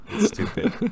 stupid